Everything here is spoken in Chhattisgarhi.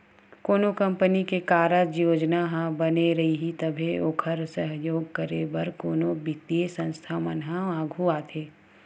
कोनो कंपनी के कारज योजना ह बने रइही तभी ओखर सहयोग करे बर कोनो बित्तीय संस्था मन ह आघू आथे